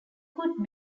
could